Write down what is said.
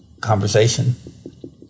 conversation